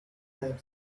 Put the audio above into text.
had